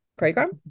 program